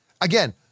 again